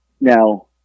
Now